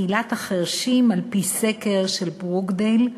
קהילת החירשים, על-פי סקר של מכון ברוקדייל,